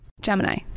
gemini